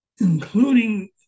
including